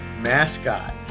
mascot